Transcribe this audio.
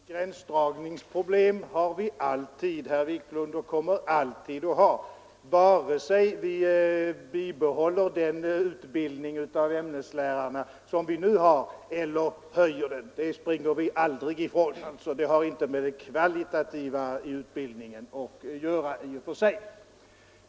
Herr talman! Gränsdragningsproblem har vi alltid och kommer alltid att ha vare sig vi bibehåller den nuvarande utbildningen av ämneslärarna eller höjer nivån på den. Detta faktum springer vi aldrig ifrån och det har inte i och för sig med det kvalitativa i utbildningen att göra.